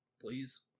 Please